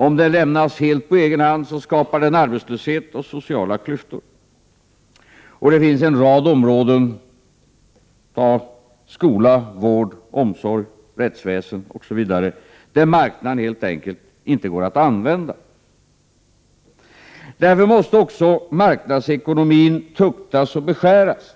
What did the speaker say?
Om den lämnas helt på egen hand skapar den arbetslöshet och sociala klyftor. Och det finns en rad områden — ta bara som exempel skola, vård, omsorg och rättsväsen — där marknaden helt enkelt inte går att använda. Därför måste också marknadsekonomin tuktas och beskäras,